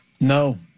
No